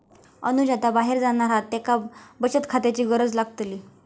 अनुज आता बाहेर जाणार हा त्येका बचत खात्याची गरज लागतली